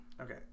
Okay